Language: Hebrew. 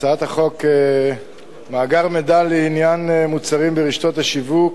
הצעת חוק מאגר מידע לעניין מוצרים ברשתות השיווק,